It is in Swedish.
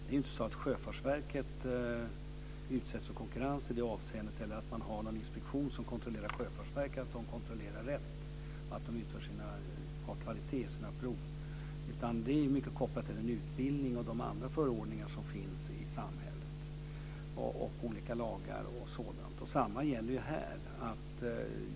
Det är inte så att Sjöfartsverket utsätts för konkurrens i det avseendet eller att man har någon inspektion som kontrollerar att Sjöfartsverket kontrollerar rätt och att de har kvalitet på sina prov, utan det är mycket kopplat till en utbildning och till olika förordningar och lagar som finns i samhället. Samma sak gäller här.